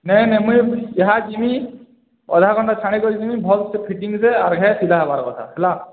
ନାଇଁ ନାଇଁ ମୁଇଁ ଏହା ଯିମି ଅଧା ଘଣ୍ଟା ଛାଡ଼ି କରି ଯିମି ଭଲ୍ ସେ ଫିଟିଙ୍ଗ୍ରେ ଆର୍ ଘେ ସିଲା ହେବାର କଥା ହେଲା